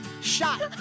shot